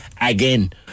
again